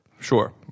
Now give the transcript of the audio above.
Sure